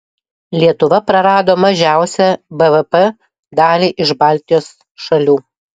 lietuva prarado mažiausią bvp dalį iš baltijos šalių